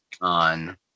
on